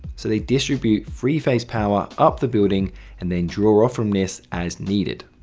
so they distribute three phase power up the building and they draw off from this as needed.